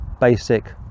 basic